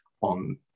on